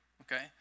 Okay